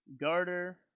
Garter